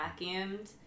vacuumed